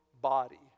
body